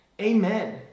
amen